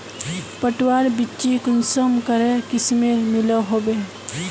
पटवार बिच्ची कुंसम करे किस्मेर मिलोहो होबे?